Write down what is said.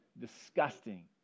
disgusting